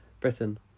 Britain